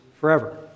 forever